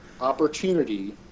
opportunity